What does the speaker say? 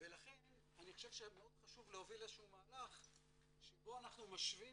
ולכן אני חושב שמאוד חשוב להוביל איזשהו מהלך שבו אנחנו משווים